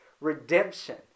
redemption